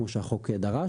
כמו שהחוק דרש,